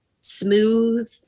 smooth